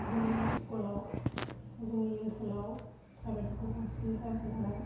जोंनि स्कुलाव जोंनि ओनसोलाव प्राइभेट स्कुल बांसिन जाबाय नालाय